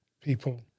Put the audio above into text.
people